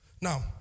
Now